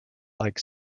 like